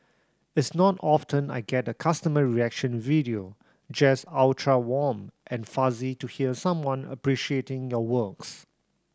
it's not often I get a customer reaction video just ultra warm and fuzzy to hear someone appreciating your works